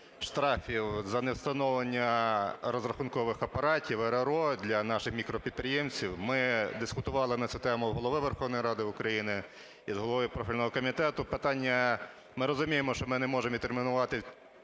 за невстановлення розрахункових апаратів (РРО) для наших мікропідприємців. Ми дискутували на цю тему в Голови Верховної Ради України і з головою профільного комітету, питання. Ми розуміємо, що ми не можемо відтермінувати